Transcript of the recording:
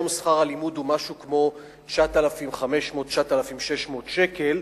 היום שכר הלימוד הוא משהו כמו 9,500, 9,600 שקל,